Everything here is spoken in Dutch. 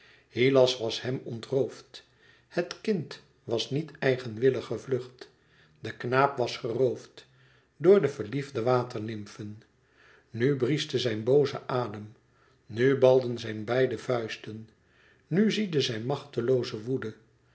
hylas was hem ontroofd het kind was niet eigenwillig gevlucht de knaap was geroofd door de verliefde waternymfen nu brieschte zijn booze adem nu balden zijn beide vuisten nu ziedde zijn machtlooze woede